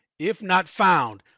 if not found.